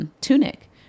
tunic